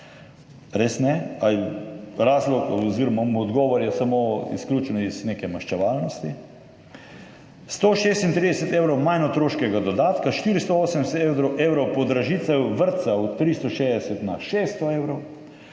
ne razumem, res ne. Odgovor je samo izključno iz neke maščevalnosti. 136 evrov manj otroškega dodatka, 480 evrov podražitev, vrtca s 360 na 600 evrov